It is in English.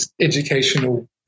educational